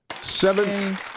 Seven